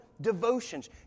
devotions